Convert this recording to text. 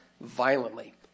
violently